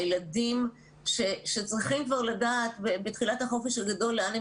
הילדים שצריכים כבר לדעת בתחילת החופש הגדול לאן הם